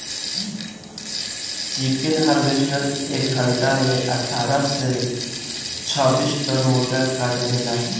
chicken harvester एक घंटा में अठारह से छब्बीस टन मुर्गा काट देला